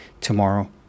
tomorrow